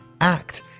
Act